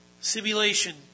Simulation